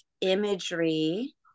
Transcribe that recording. imagery